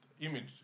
image